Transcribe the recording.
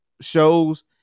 shows